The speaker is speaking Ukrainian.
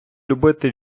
любити